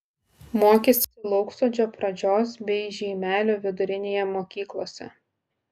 mokėsi lauksodžio pradžios bei žeimelio vidurinėje mokyklose